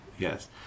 Yes